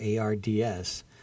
ARDS